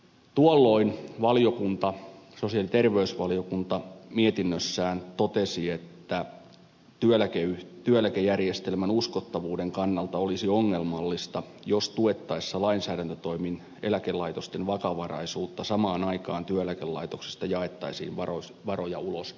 tuolloin sosiaali ja terveysvaliokunta mietinnössään totesi että työeläkejärjestelmän uskottavuuden kannalta olisi ongelmallista jos tuettaessa lainsäädäntötoimin eläkelaitosten vakavaraisuutta samaan aikaan työeläkelaitoksista jaettaisiin varoja ulos asiakashyvityksinä